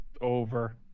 Over